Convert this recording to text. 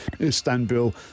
Istanbul